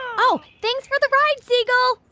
oh, thanks for the ride, seagull.